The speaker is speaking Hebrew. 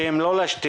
שהם לא לשתייה